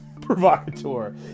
provocateur